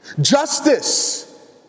justice